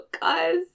guys